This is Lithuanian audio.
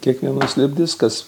kiekvienas libdis kas